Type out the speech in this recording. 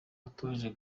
watoje